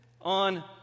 on